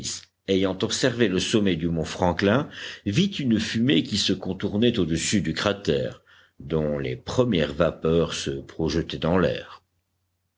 ayant observé le sommet du mont franklin vit une fumée qui se contournait au-dessus du cratère dont les premières vapeurs se projetaient dans l'air